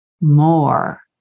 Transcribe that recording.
more